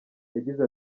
yagize